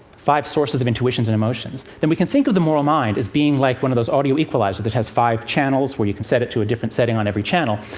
five sources of intuitions and emotions, then we can think of the moral mind as like one of those audio equalizers that has five channels, where you can set it to a different setting on every channel.